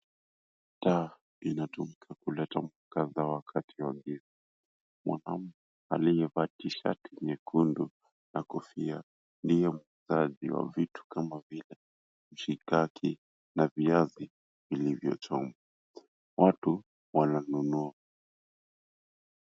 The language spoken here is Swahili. Taa inatumika kuleta mwangaza wakati wa giza. Mwanaume aliyevaa t-shirt nyekundu na kofia ndiye muuzaji wa vitu kama vile mshikaki na viazi vilivyochomwa. Watu wananunua.